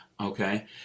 okay